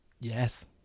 yes